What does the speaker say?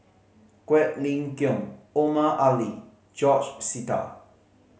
Quek Ling Kiong Omar Ali George Sita